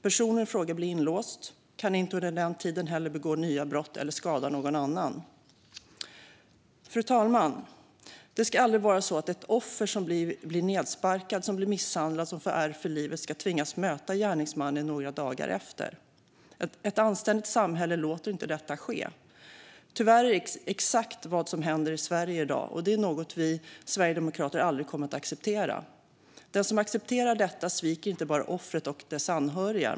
Personen i fråga blir inlåst och kan inte under den tiden begå nya brott eller skada någon annan. Fru talman! Det ska aldrig vara så att ett offer som blir nedsparkat, misshandlat och får ärr för livet ska tvingas möta gärningsmannen några dagar efter. Ett anständigt samhälle låter inte detta ske. Tyvärr är det exakt vad som händer i Sverige i dag, och det är något vi sverigedemokrater aldrig kommer att acceptera. Den som accepterar detta sviker inte bara offret och dess anhöriga.